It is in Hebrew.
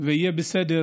ו"יהיה בסדר"